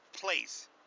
place